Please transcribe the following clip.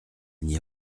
n’a